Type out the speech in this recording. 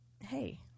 Hey